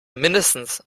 mindestens